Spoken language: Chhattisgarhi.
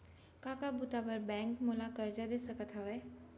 का का बुता बर बैंक मोला करजा दे सकत हवे?